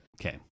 Okay